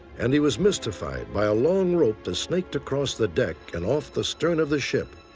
and he was mystified by a long rope that snaked across the deck and off the stern of the ship.